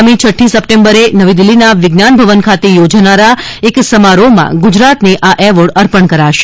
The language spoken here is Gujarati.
આગામી છઠ્ઠી સપ્ટેમ્બરે નવી દિલ્હીના વિજ્ઞાન ભવન ખાતે યોજાનારા એક સમારોહમાં ગુજરાતને આ એવોર્ડ અર્પણ કરાશે